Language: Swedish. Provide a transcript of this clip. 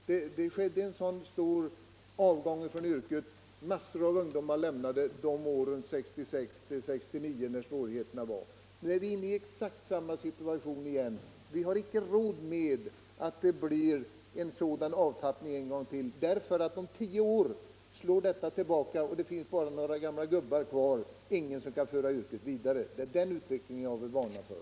Massor av ungdomar lämnade yrket åren 1966-1969 när svårigheterna rådde. Nu är vi inne i exakt samma situation igen. Vi har icke råd med en sådan avtappning en gång till, för om tio år slår utvecklingen tillbaka och det finns bara några gamla gubbar kvar och ingen som kan föra yrket vidare. Det är den utvecklingen jag vill varna för.